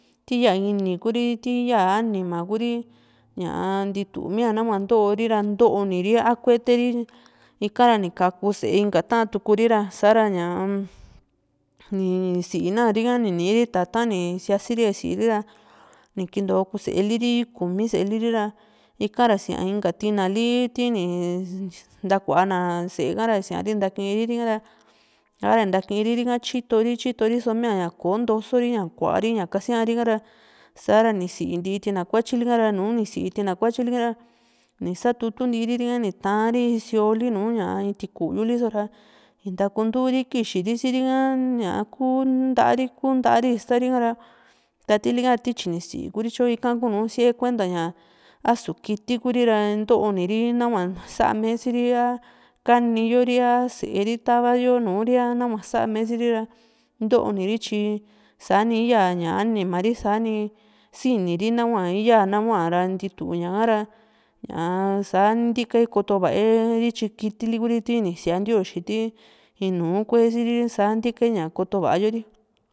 ti ya inii Kuri ti yaa anima Kuri ñaa ntiitumía nahua ntóri ra ntoóni a kueteri ika ra ni kaku inka sée ta´tuku risa´ra ñaa ni sìì naria niniri tata´n ni sia´siri ra nii sìì ria ni kinto sée liri kumi séeli rira ika ra ni sia inka tinali tili ni ntakua na sée ka´ra ni siaari ntakiri rika´ra sa´ra ni ntakiriri ha tyitori tyitori so mía ña kò´o ntosori ña kuari kasiárika ra sa´ra ni sinti tinali kuatyili ka´ra nuni sìì tina kuatyili kara ni satutundiria ni tari isíoli nu in tikuýuli sora na ntakunturi kixiri siri´ha kuntari kuntari istari ha´ra ta tilika ra ti tyini sìì Kuri tyo ika kunu siae kuenta ña asu kiti kutira ntooniri nahua saame srira kaniyo ria a sée ri tava yo Nuri ra a nahua saame siri ra ntoóni ri tyi saá ni yaa animari saá ni siniri nahua yaa nahua ra ntituñahara ñaa sa ndikayo koto va´a yori tyi kitili Kuri tini sia ntioxi kiti in nuu kuesiri sa ndikayo ña kotovayo ri